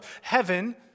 heaven